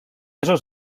esos